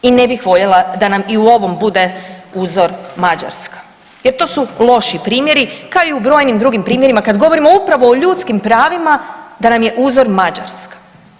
I ne bih voljela da nam i u ovom bude uzor Mađarska jer to su loši primjeri, kao i brojnim drugim primjerima, kad govorimo upravo o ljudskim pravima, da nam je uzor Mađarska.